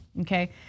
okay